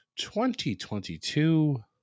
2022